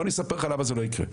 בוא אני אספר לך למה זה לא יקרה.